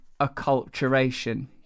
acculturation